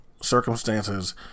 circumstances